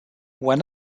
were